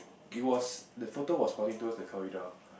it was the photo was pointing towards the corridor